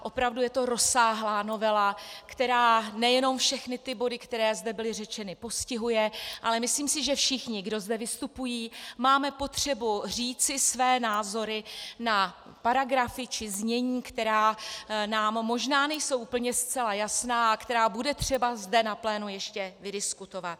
Opravdu je to rozsáhlá novela, která nejenom všechny ty body, které zde byly řečeny, postihuje, ale myslím si, že všichni, kdo zde vystupují, máme potřebu říci své názory na paragrafy či znění, která nám nejsou možná zcela jasná a která bude třeba zde na plénu ještě prodiskutovat.